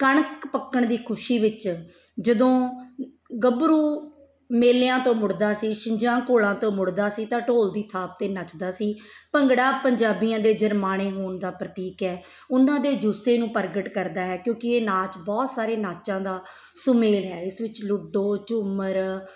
ਕਣਕ ਪੱਕਣ ਦੀ ਖੁਸ਼ੀ ਵਿੱਚ ਜਦੋਂ ਗੱਭਰੂ ਮੇਲਿਆਂ ਤੋਂ ਮੁੜਦਾ ਸੀ ਛਿੰਝਾਂ ਘੋਲਾਂ ਤੋਂ ਮੁੜਦਾ ਸੀ ਤਾਂ ਢੋਲ ਦੀ ਥਾਪ 'ਤੇ ਨੱਚਦਾ ਸੀ ਭੰਗੜਾ ਪੰਜਾਬੀਆਂ ਦੇ ਜਰਮਾਣੇ ਹੋਣ ਦਾ ਪ੍ਰਤੀਕ ਹੈ ਉਹਨਾਂ ਦੇ ਜੂਸੇ ਨੂੰ ਪ੍ਰਗਟ ਕਰਦਾ ਹੈ ਕਿਉਂਕਿ ਇਹ ਨਾਚ ਬਹੁਤ ਸਾਰੇ ਨਾਚਾਂ ਦਾ ਸੁਮੇਲ ਹੈ ਇਸ ਵਿੱਚ ਲੂਡੋ ਝੂੰਮਰ